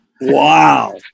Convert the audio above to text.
Wow